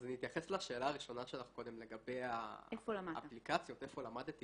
אני אתייחס לשאלה הראשונה שלך קודם לגבי האפליקציות איפה למדתי,